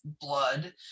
blood